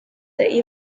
the